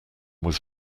was